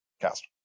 cast